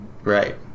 right